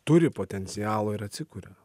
turi potencialo ir atsikuria